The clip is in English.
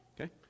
okay